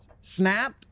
snapped